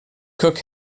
cook